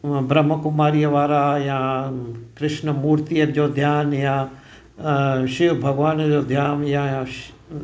ऐं ब्रहमकुमारी वारा या कृष्न मूर्तिअ जो ध्यानु या शिव भॻवान जो ध्यानु या